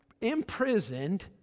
imprisoned